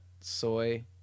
soy